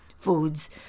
foods